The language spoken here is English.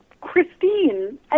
Christine